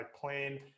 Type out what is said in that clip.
plane